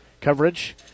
coverage